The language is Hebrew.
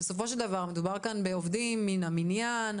בסופו של דבר מדובר על עובדים מן המניין,